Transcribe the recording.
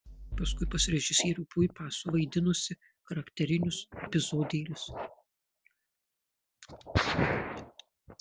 paskui pas režisierių puipą esu vaidinusi charakterinius epizodėlius